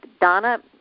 Donna